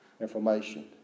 information